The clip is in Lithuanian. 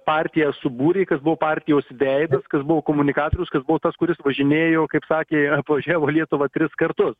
partiją subūrė kas buvo partijos veidas kas buvo komunikatorius kas tas kuris važinėjo kaip sakė apvažiavo lietuvą tris kartus